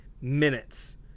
minutes